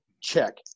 check